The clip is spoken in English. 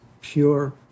pure